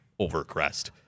overcrest